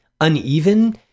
uneven